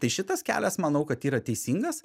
tai šitas kelias manau kad yra teisingas